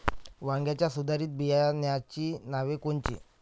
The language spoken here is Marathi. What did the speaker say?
वांग्याच्या सुधारित बियाणांची नावे कोनची?